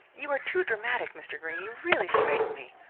you are too dramatic, mr. greene. you really frighten me.